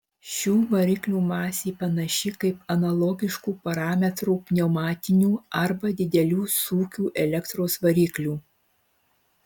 šių variklių masė panaši kaip analogiškų parametrų pneumatinių arba didelių sūkių elektros variklių